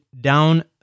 down